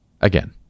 again